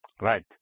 Right